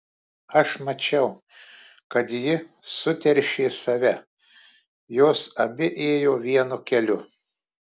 aš mačiau kad ji suteršė save jos abi ėjo vienu keliu